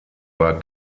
war